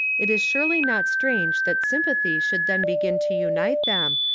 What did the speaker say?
it is surely not strange that sym pathy should then begin to unite them,